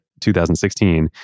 2016